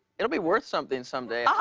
it'll be worth something someday. ah